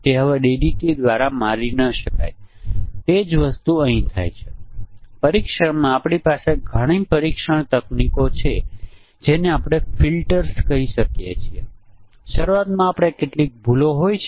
તેથી આ બધા જોડી પરીક્ષણ માટે પરીક્ષણનાં કિસ્સાઓ જાતે લખવાની રીત છે